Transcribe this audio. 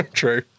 true